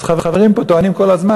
אז חברים פה טוענים כל הזמן,